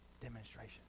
Demonstration